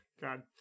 God